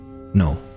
no